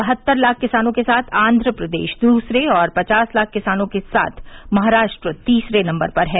बहत्तर लाख किसानों के साथ आन्ध्रप्रदेश दूसरे और पचास लाख किसानों के साथ महाराष्ट्र तीसरे नम्बर पर है